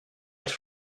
els